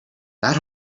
that